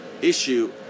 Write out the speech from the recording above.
issue